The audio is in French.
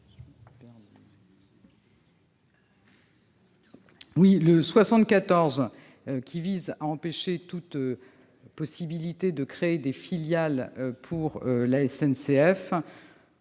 n° 74 vise à empêcher toute possibilité de créer des filiales pour la SNCF.